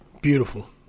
Beautiful